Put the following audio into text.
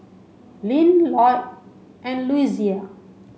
Linn Loyd and Louisa